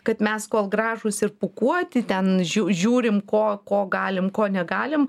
kad mes kol gražūs ir pūkuoti ten žiū žiūrim ko ko galim ko negalim